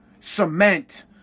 cement